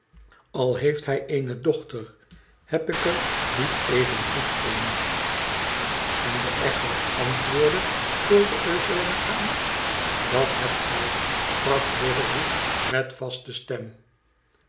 al heeft hij eene dochter heb ik er niet evengoed een f en de echo antwoordde vulde eugène aan dat hebt gij sprak riderhood met vaste stem